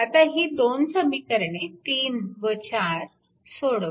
आता ही दोन समीकरणे 3 व 4 सोडवा